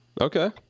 okay